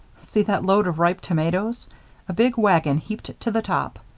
see that load of ripe tomatoes a big wagon heaped to the top.